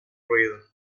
ruido